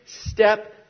step